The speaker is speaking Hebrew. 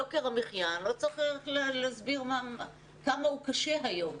יוקר המחיה אני לא צריכה להסביר עד כמה הוא קשה היום.